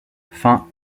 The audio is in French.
fin